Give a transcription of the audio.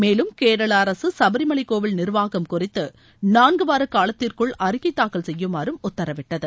மேலும் கேரள அரசு சபரிமலை கோவில் நிர்வாகம் குறித்து நான்கு வார காலத்திற்குள் அறிக்கை தாக்கல் செய்யுமாறு உத்தரவிட்டது